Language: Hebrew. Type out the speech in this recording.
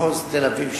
מחוז תל-אביב,